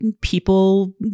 People